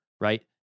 right